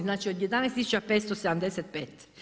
Znači, od 11575.